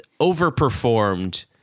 overperformed